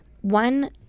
One